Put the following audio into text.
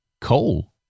Coal